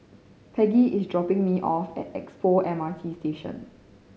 Peggie is dropping me off at Expo M R T Station